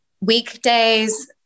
weekdays